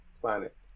planet